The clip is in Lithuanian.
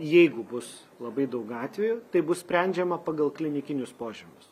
jeigu bus labai daug atvejų tai bus sprendžiama pagal klinikinius požymius